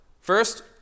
First